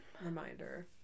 Reminder